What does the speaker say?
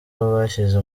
bashyize